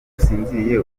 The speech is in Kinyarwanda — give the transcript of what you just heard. usinziriye